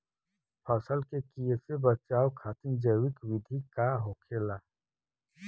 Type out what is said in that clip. फसल के कियेसे बचाव खातिन जैविक विधि का होखेला?